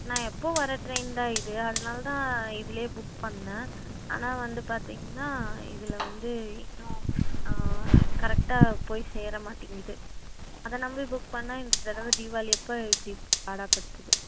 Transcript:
நான் எப்போவும் வர ட்ரெயின் தான் இது அதனால்தான் இதில் புக் பண்ணேன் ஆனால் வந்து பார்த்தீங்கனா இதில் வந்து இன்னும் கரெக்டாக போய் சேரமாட்டேங்குது அதை நம்பி புக் பண்ணால் இந்த தடவை தீவாளி அப்போ இப்படி பாடாப்படுத்துது